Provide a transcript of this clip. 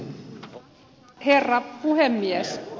arvoisa herra puhemies